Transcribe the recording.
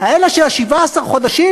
אלה של 17 החודשים,